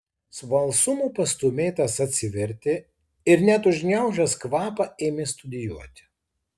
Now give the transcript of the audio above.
smalsumo pastūmėtas atsivertė ir net užgniaužęs kvapą ėmė studijuoti